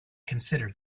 considered